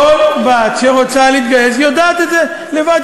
כל בת שרוצה להתגייס יודעת את זה לבד,